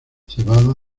cebada